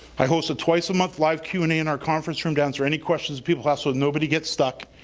i host a twice a month live q and a in our conference room to answer any questions people ask so nobody gets stuck.